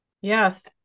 yes